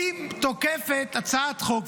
היא תוקפת הצעת חוק,